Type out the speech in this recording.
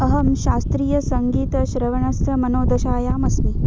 अहं शास्त्रीयसङ्गीतश्रवणस्य मनोदशायामस्मि